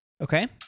Okay